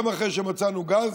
גם אחרי שמצאנו גז,